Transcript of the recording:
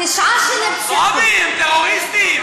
זועבי, הם טרוריסטים.